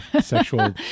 sexual